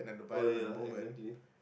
oh ya exactly